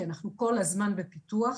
כי אנחנו כל הזמן בפיתוח.